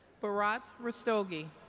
bharat rastogi